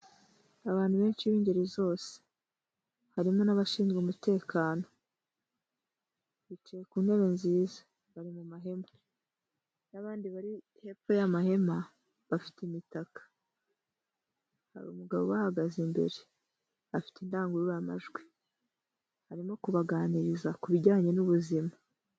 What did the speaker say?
Abantu benshi b'ingeri zose harimo n'abashinzwe umutekano bicaye ku ntebe nziza bari mu mahema n'abandi bari hepfo y'amahema bafite iitaka. Hari umugabo ubahagaze imbere afite indangururamajwi arimo kubaganiriza ku bijyanye n'ubuzima.